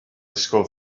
ysgol